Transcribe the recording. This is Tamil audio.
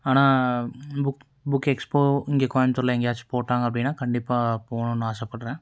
ஆனால் புக் புக் எக்ஸ்போ இங்கே கோயம்த்தூரில் எங்கேயாச்சி போட்டாங்க அப்படின்னா கண்டிப்பாக போகணுன்னு ஆசைப்படுறேன்